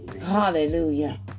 Hallelujah